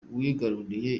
wigaruriye